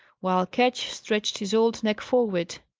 while ketch stretched his old neck forward,